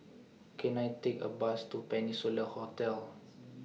Can I Take A Bus to Peninsula Hotel